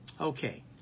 Okay